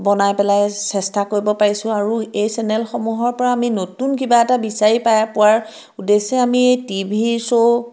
বনাই পেলাই চেষ্টা কৰিব পাৰিছোঁ আৰু এই চেনেলসমূহৰ পৰা আমি নতুন কিবা এটা বিচাৰি পাই পোৱাৰ উদ্দেশ্যে আমি টিভিৰ শ্ব'